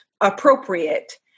appropriate